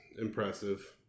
impressive